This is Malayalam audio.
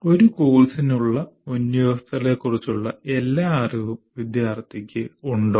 ഒരു കോഴ്സിനുള്ള മുൻവ്യവസ്ഥകളെക്കുറിച്ചുള്ള എല്ലാ അറിവും വിദ്യാർത്ഥിക്ക് ഉണ്ടോ